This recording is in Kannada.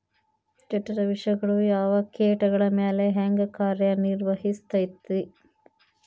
ಜಠರ ವಿಷಗಳು ಯಾವ ಕೇಟಗಳ ಮ್ಯಾಲೆ ಹ್ಯಾಂಗ ಕಾರ್ಯ ನಿರ್ವಹಿಸತೈತ್ರಿ?